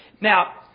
Now